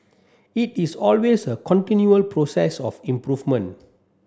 it is always a continual process of improvement